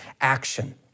action